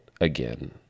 again